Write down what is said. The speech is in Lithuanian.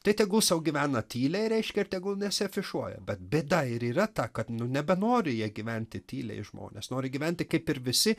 tai tegu sau gyvena tyliai reiškia ir tegul nesiafišuoja bet bėda ir yra ta kad nebenori jie gyventi tyliai žmonės nori gyventi kaip ir visi